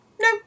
no